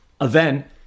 event